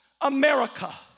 America